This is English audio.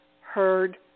heard